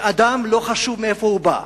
שאדם, לא חשוב מאיפה הוא בא,